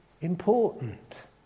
important